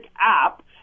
app